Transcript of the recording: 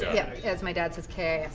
yeah. as my dad says, kiss,